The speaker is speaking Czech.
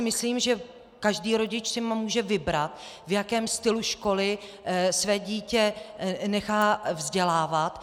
Myslím si, že každý rodič si může vybrat, v jakém stylu školy své dítě nechá vzdělávat.